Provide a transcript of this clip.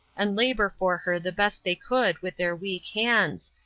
and labor for her the best they could with their weak hands,